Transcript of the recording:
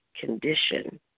condition